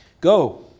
Go